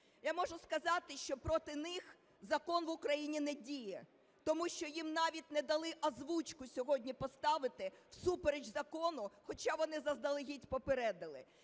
Я можу сказати, що проти них закон в Україні не діє, тому що їм навіть не дали озвучку сьогодні поставити всупереч закону, хоча вони заздалегідь попередили.